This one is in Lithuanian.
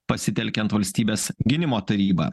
pasitelkiant valstybės gynimo tarybą